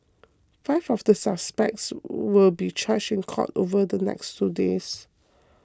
five of the suspects will be charged in court over the next two days